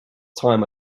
time